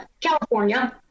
California